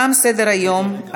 תם סדר-היום,